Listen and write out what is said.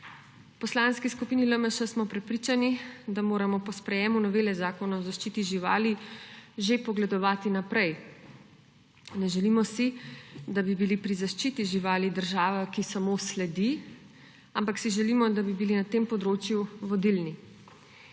V Poslanski skupini LMŠ smo prepričani, da moramo po sprejetju novele Zakona o zaščiti živali že pogledovati naprej. Ne želimo si, da bi bili pri zaščiti živali država, ki samo sledi, ampak si želimo, da bi bili na tem področju vodilni.